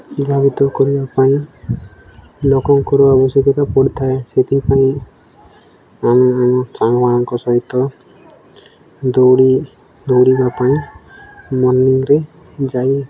ପ୍ରଭାବିତ କରିବା ପାଇଁ ଲୋକଙ୍କର ଆବଶ୍ୟକତା ପଡ଼ିଥାଏ ସେଥିପାଇଁ ଆମେମାନେ ସାଙ୍ଗମାନଙ୍କ ସହିତ ଦୌଡ଼ି ଦୌଡ଼ିବା ପାଇଁ ମର୍ଣ୍ଣିଂରେ ଯାଇ